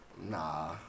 Nah